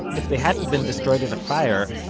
if they hadn't been destroyed in a fire,